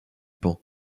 paon